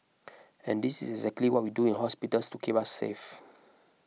and this is exactly what we do in hospitals to keep us safe